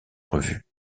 revu